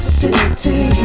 city